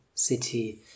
city